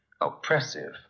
oppressive